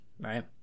right